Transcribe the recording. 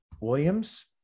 Williams